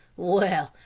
well,